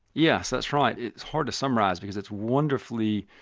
yes, that's right. it's hard to summarise because it's wonderfully,